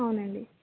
అవునండి